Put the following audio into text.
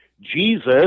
Jesus